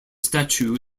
statue